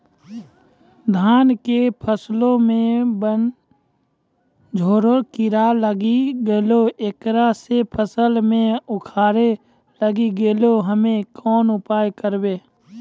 धान के फसलो मे बनझोरा कीड़ा लागी गैलै ऐकरा से फसल मे उखरा लागी गैलै हम्मे कोन उपाय करबै?